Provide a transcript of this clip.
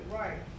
right